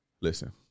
Listen